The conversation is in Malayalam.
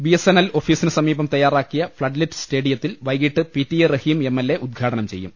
ബി എസ് എൻ എൽ ഓഫീസിനു സമീപം തയ്യാറാക്കിയ ഫ്ളഡ്ലിറ്റ് സ്റ്റേഡിയത്തിൽ വൈകീട്ട് P T A Rahim M L A ഉദ്ഘാടനം ചെയ്യും